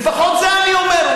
לפחות זה, אני אומר.